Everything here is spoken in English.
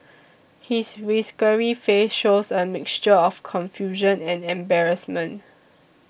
his whiskery face shows a mixture of confusion and embarrassment